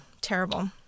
Terrible